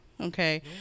Okay